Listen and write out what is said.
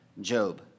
Job